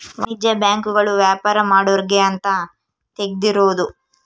ವಾಣಿಜ್ಯ ಬ್ಯಾಂಕ್ ಗಳು ವ್ಯಾಪಾರ ಮಾಡೊರ್ಗೆ ಅಂತ ತೆಗ್ದಿರೋದು